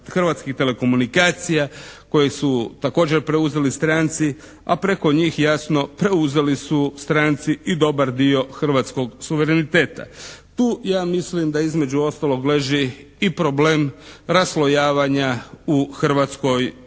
Hrvatske recimo telekomunikacija koje su također preuzeli stranci, a preko njih jasno preuzeli su stranci i dobar dio hrvatskog suvereniteta. Tu ja mislim da između ostalog leži i problem raslojavanja u Hrvatskoj ili